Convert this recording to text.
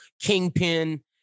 Kingpin